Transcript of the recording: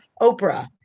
Oprah